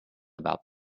about